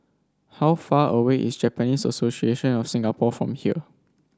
how far away is Japanese Association of Singapore from here